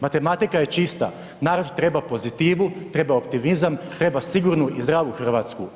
Matematika je čista, narod treba pozitivu, treba optimizam, treba sigurnu i zdravu Hrvatsku.